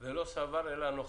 זה לא סבר, אלא נוכח.